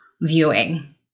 viewing